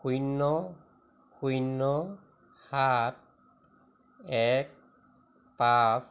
শূন্য শূন্য সাত এক পাঁচ